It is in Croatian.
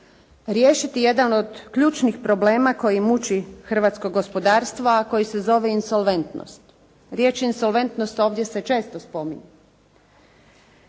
riješiti jedan od ključnih problema koji muči hrvatsko gospodarstvo, a koji se zove insolventnost. Riječ insolventnost ovdje se često spominje.